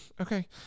Okay